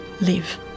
live